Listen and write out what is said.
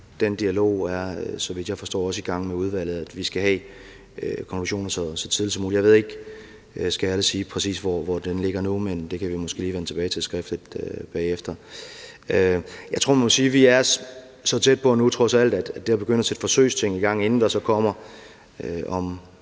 Den dialog er, så vidt jeg forstår, også i gang med udvalget, altså at vi skal have konklusionen så tidligt som muligt. Jeg ved ikke, skal jeg ærligt sige, præcis hvor den ligger nu, men det kan vi måske lige vende tilbage til skriftligt bagefter. Jeg tror, man må sige, at vi er så tæt på nu, trods alt, at det at begynde at sætte forsøgsting i gang, inden der så om et